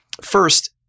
First